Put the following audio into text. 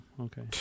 Okay